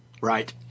Right